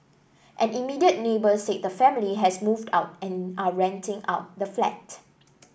an immediate neighbour said the family has moved out and are renting out the flat